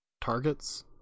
targets